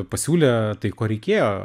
pasiūlė tai ko reikėjo